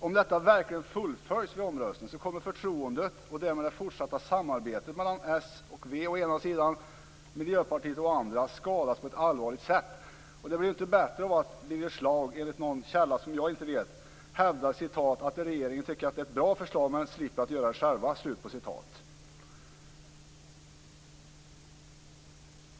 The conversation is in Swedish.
Om det verkligen fullföljs vid omröstningen kommer förtroendet och därmed det fortsatta samarbetet mellan å ena sidan Socialdemokraterna och Vänsterpartiet och å andra sidan Miljöpartiet att skadas på ett allvarligt sätt. Det blir inte bättre av att Birger Schlaug, enligt en källa som jag inte känner till, hävdar att regeringen tycker att det är ett bra förslag men att man vill slippa genomföra det själv.